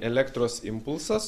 elektros impulsas